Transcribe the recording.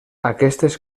aquestes